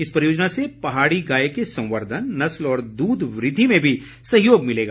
इस परियोजना से पहाड़ी गाय के संवर्द्वन नस्ल और दूध वृद्धि में भी सहयोग मिलेगा